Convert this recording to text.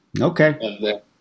Okay